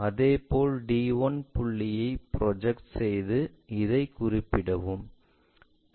அதேபோல் d1 புள்ளியைக் project செய்து இதை குறிப்பிடவும்